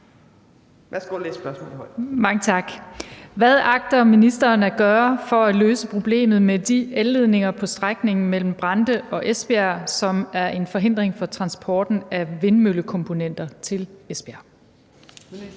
Hvad agter ministeren at gøre for at løse problemet med de elledninger på strækningen mellem Brande og Esbjerg, som er en forhindring for transporten af vindmøllekomponenter til Esbjerg?